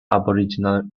aboriginal